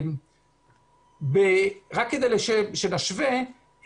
רק כדי שנשווה,